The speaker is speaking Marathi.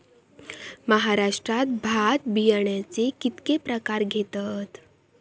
महाराष्ट्रात भात बियाण्याचे कीतके प्रकार घेतत?